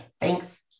Thanks